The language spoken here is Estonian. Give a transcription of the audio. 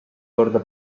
korda